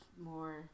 more